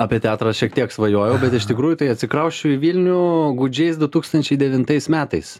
apie teatrą šiek tiek svajojau bet iš tikrųjų tai atsikrausčiau į vilnių gūdžiais du tūkstančiai devintais metais